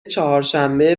چهارشنبه